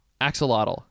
Axolotl